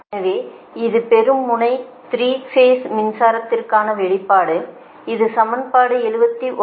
எனவே இது பெரும் முனை 3 பேஸ் மின்சாரத்திற்கான வெளிப்பாடு இது சமன்பாடு 79